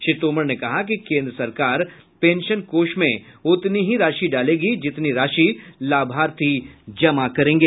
श्री तोमर ने कहा कि केन्द्र सरकार पेंशन कोष में उतनी ही राशि डालेगी जितनी राशि लाभार्थी जमा करेंगे